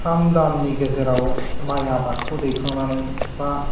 थाम दाननि गेजेराव माइ आबादखौ दैखांनानै बा